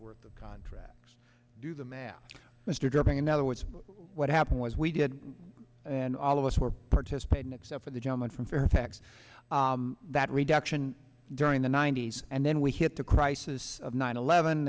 worth of contracts do the math mr job in other words what happened was we did and all of us were participating except for the gentleman from fairfax that reduction during the ninety's and then we hit the crisis of nine eleven